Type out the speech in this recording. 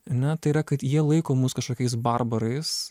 ane tai yra kad jie laiko mus kažkokiais barbarais